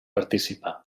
participar